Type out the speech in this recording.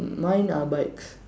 mine are bikes